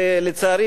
ולצערי,